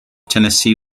tennessee